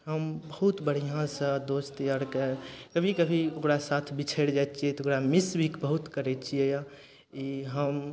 हम बहुत बढ़िआँसँ दोस्त यारके कभी कभी ओकरा साथ बिछरि जाइ छियै तऽ ओकरा मिस भी बहुत करय छियै या ई हम